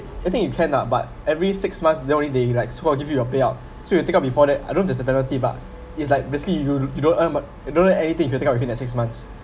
I think you can ah but every six months then only they like so will give you your payout so you take out before that I know there's a penalty but it's like basically you you don't earn mon~ you don't earn anything if you take out in the six months